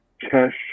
cash